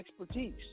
expertise